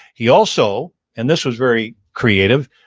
he also, and this was very creative,